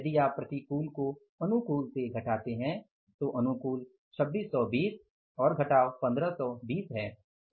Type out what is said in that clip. यदि आप प्रतिकूल को अनुकूल से घटाते हैं तो अनुकूल 2620 और घटाव 1520 है